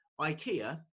Ikea